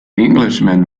englishman